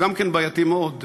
גם הוא בעייתי מאוד,